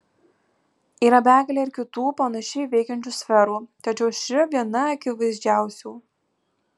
yra begalė ir kitų panašiai veikiančių sferų tačiau ši viena akivaizdžiausių